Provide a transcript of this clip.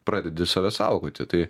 pradedi save saugoti tai